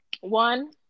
One